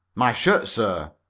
my shirt, sir.